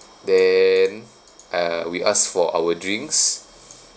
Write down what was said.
then uh we asked for our drinks